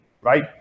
right